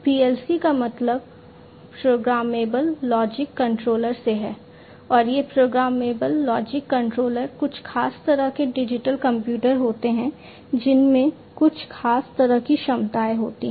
PLC का मतलब programmable logic controller से है और ये प्रोग्रामेबल लॉजिक कंट्रोलर कुछ खास तरह के डिजिटल कंप्यूटर होते हैं जिनमें कुछ खास तरह की क्षमताएं होती हैं